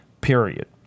Period